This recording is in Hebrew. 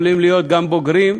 יכולים להיות גם בוגרים,